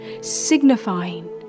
signifying